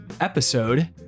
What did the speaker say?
episode